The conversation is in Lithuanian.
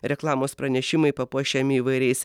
reklamos pranešimai papuošiami įvairiais